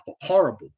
horrible